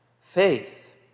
faith